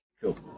cool